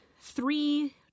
three